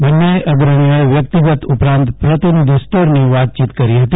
બન્ને અગ્રણીઓએ વ્યક્તિગત ઉપરાંત પ્રતિનિધિસ્તરની વાતયીત કરી હતી